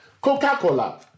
Coca-Cola